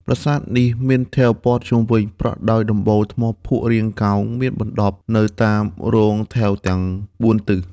ប្រាសាទនេះមានថែវព័ទ្ធជុំវិញ ប្រក់ដោយដំបូលថ្មភក់រាងកោង មានមណ្ឌបនៅតាមរោងថែវទាំង ៤ ទិស។